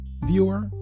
viewer